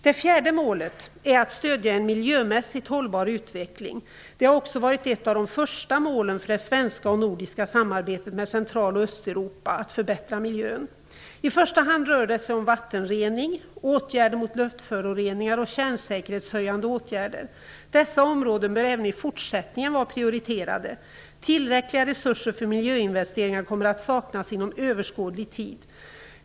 Det fjärde målet är att stödja en miljömässigt hållbar utveckling. Det har också varit ett av de första målen för det svenska och nordiska samarbetet med Central och Östeuropa att förbättra miljön. I första hand rör det sig om vattenrening, åtgärder mot luftföroreningar och kärnsäkerhetshöjande åtgärder. Dessa områden bör även i fortsättningen vara prioriterade. Tillräckliga resurser för miljöinvesteringar kommer att saknas inom överskådlig tid.